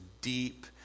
deep